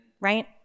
right